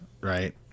right